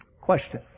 Question